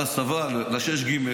על הסבה ל-6ג,